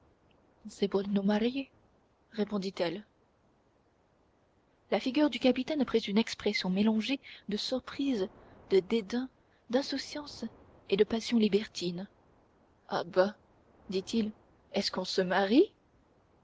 c'est pour nous marier répondit-elle la figure du capitaine prit une expression mélangée de surprise de dédain d'insouciance et de passion libertine ah bah dit-il est-ce qu'on se marie